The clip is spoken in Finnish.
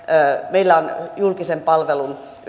meillä on julkisen palvelun